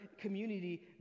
community